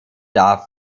darf